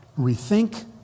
rethink